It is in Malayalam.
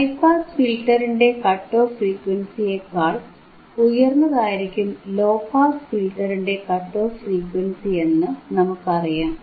ഹൈ പാസ് ഫിൽറ്ററിന്റെ കട്ട് ഓഫ് ഫ്രീക്വൻസിയേക്കാൾ ഉയർന്നതായിരിക്കും ലോ പാസ് ഫിൽറ്ററിന്റെ കട്ട് ഓഫ് ഫ്രീക്വൻസിയെന്ന് നമുക്കറിയാം